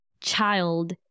child